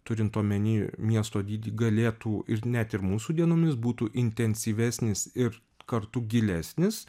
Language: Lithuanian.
turint omeny miesto dydį galėtų ir net ir mūsų dienomis būtų intensyvesnis ir kartu gilesnis